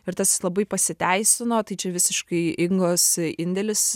ir tas labai pasiteisino tai čia visiškai ingos indėlis